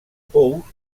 pous